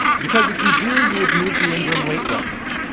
because if you do you would move the ingram wait lists.